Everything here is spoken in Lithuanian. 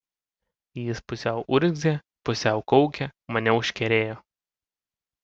jis pusiau urzgė pusiau kaukė mane užkerėjo